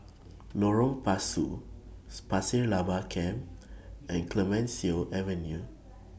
Lorong Pasu Pasir Laba Camp and Clemenceau Avenue